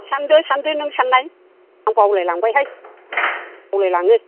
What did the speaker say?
सानदो सानदो नों साननाय आं बावलाय लांबायहाय बावलाय लाङो